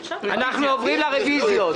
אנחנו עוברים לרוויזיות.